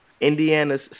Indiana's